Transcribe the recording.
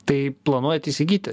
tai planuojat įsigyti